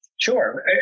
Sure